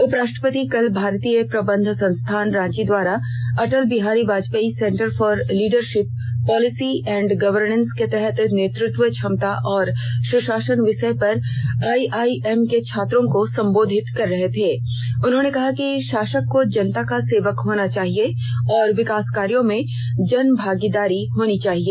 उपराष्ट्रपति कल भारतीय प्रबंध संस्थानरांची द्वारा Atal Bihari Vajpayee centre for leadership policy and governance के तहत नेतृत्व क्षमता और सुशासन विषय पर आईआईएम के छात्रों को संबोधित कर रहे थे उन्होंने कहा कि शासक को जनता का सेवक होना चाहिए और विकास कार्यो में जनभागीदारी होनी चाहिए